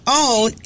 own